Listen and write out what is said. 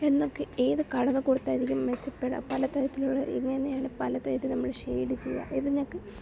എന്നൊക്കെ ഏത് കളറ് കൊടുത്താൽ ഇതിൽ മെച്ചപ്പെടാം പല തരത്തിലുള്ള ഇങ്ങനെയുള്ള പലതര ഷെയ്ഡ് ചെയ്യാം എന്നൊക്കെ